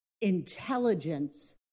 intelligence